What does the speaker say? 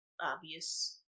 obvious